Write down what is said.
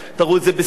תראו את זה בסין,